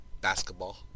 basketball